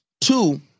Two